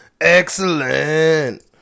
excellent